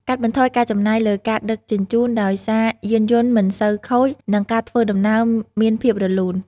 កាត់បន្ថយការចំណាយលើការដឹកជញ្ជូន ដោយសារយានយន្តមិនសូវខូច និងការធ្វើដំណើរមានភាពរលូន។